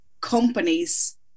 companies